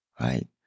Right